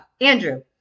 Andrew